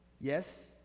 yes